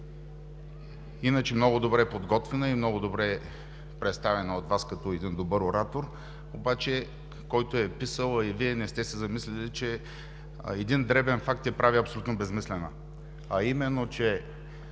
иначе много добре подготвена и много добре представена от Вас като добър оратор. Но който я е писал, а и Вие не сте се замислили, че един дребен факт я прави абсолютно безсмислена, а именно че